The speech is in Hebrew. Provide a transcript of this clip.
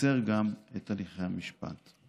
ותקצר גם את הליכי המשפט.